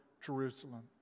Jerusalem